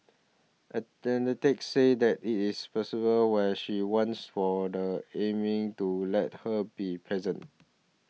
say that it is plausible where she wants for the Amy to let her be present